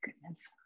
goodness